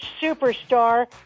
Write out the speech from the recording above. superstar